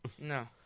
No